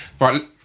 right